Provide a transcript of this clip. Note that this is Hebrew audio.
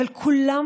אבל כולם,